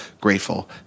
grateful